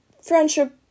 friendship